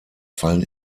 fallen